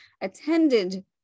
attended